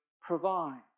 provide